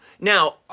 Now